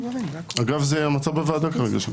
אגב, זה המצב בוועדה כרגע.